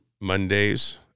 Mondays